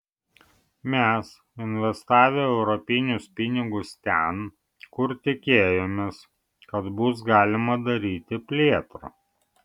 mes investavę europinius pinigus ten kur tikėjomės kad bus galima daryti plėtrą